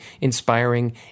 inspiring